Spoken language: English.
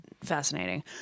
fascinating